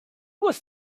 was